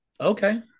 Okay